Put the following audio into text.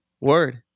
Word